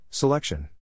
Selection